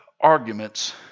arguments